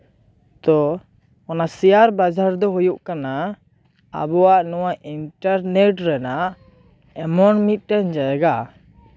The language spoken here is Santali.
ᱛᱚ ᱚᱱᱟ ᱥᱮᱭᱟᱨ ᱵᱟᱡᱟᱨ ᱫᱚ ᱦᱩᱭᱩᱜ ᱠᱟᱱᱟ ᱟᱵᱚᱣᱟᱜ ᱱᱚᱣᱟ ᱤᱱᱴᱟᱨᱱᱮᱴ ᱨᱮᱱᱟᱜ ᱮᱢᱚᱱ ᱢᱤᱫᱴᱮᱱ ᱡᱟᱭᱜᱟ